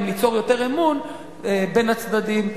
גם ליצור יותר אמון בין הצדדים,